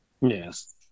Yes